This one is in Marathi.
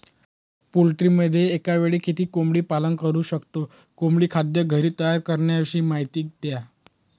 पोल्ट्रीमध्ये एकावेळी किती कोंबडी पालन करु शकतो? कोंबडी खाद्य घरी तयार करण्याविषयी माहिती द्या